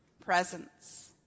presence